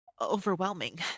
overwhelming